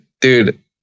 dude